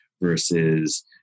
versus